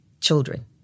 children